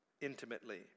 intimately